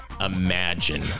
imagine